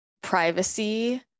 privacy